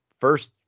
First